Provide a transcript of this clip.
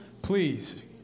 Please